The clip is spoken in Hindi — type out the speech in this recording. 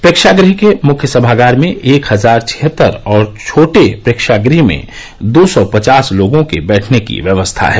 प्रेक्षागृह के मुख्य सभागार में एक हजार छिहत्तर और छोटे प्रेक्षागृह में दो सौ पचास लोगों के बैठने की व्यवस्था है